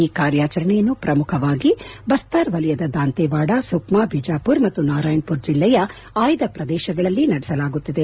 ಈ ಕಾರ್ಯಾಚರಣೆಯನ್ನು ಪ್ರಮುಖವಾಗಿ ಬಸ್ತಾರ್ ವಲಯದ ದಾಂತೇವಾಡ ಸುಕ್ನಾ ಬಿಜಾಪುರ್ ಮತ್ತು ನಾರಾಯಣ್ಪುರ್ ಜಿಲ್ಲೆಯ ಆಯ್ದ ಪ್ರದೇಶಗಳಲ್ಲಿ ನಡೆಸಲಾಗುತ್ತಿದೆ